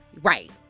right